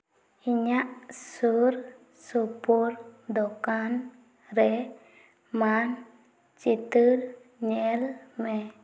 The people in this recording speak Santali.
ᱤᱧᱟᱹᱜ ᱥᱩᱨᱼᱥᱩᱯᱩᱨ ᱫᱚᱠᱟᱱ ᱨᱮ ᱢᱟᱱ ᱪᱤᱛᱟᱹᱨ ᱧᱮᱞ ᱢᱮ